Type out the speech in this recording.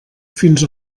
fins